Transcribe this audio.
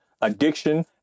addiction